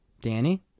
Danny